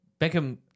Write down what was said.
Beckham